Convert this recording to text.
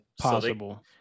possible